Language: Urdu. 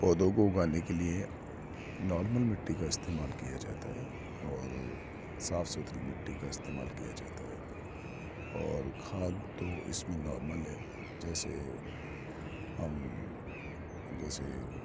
پودوں کو اگانے کے لیے نارمل مٹی کا استعمال کیا جاتا ہے اور صاف ستھری مٹی کا استعمال کیا جاتا ہے اور کھاد تو اس میں نارمل ہے جیسے ہم جیسے